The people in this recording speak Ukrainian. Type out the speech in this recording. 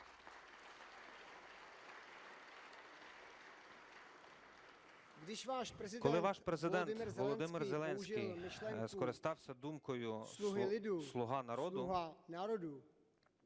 Коли ваш Президент Володимир Зеленський скористався думкою "Слуга народу",